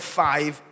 five